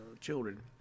children